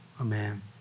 Amen